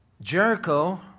Jericho